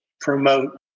promote